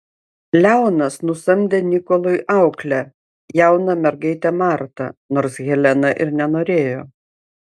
leonas nusamdė nikolui auklę jauną mergaitę martą nors helena ir nenorėjo